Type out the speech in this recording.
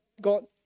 God